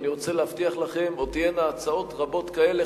ואני רוצה להבטיח לכם: עוד תהיינה הצעות רבות כאלה,